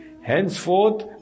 Henceforth